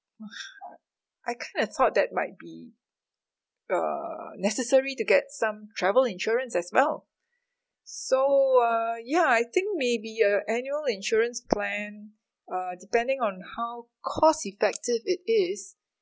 I kind of thought that might be uh necessary to get some travel insurance as well so uh ya I think maybe a annual insurance plan uh depending on how cost effective it is